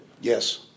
Yes